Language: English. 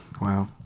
Wow